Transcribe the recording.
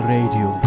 Radio